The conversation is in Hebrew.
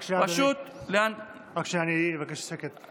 רק שנייה, אדוני, אני אבקש שקט.